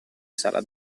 sala